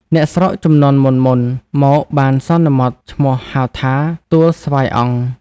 អ្នកស្រុកជំនាន់មុនៗ មក បានសន្មតឈ្មោះហៅថា "ទួលស្វាយអង្គ" ។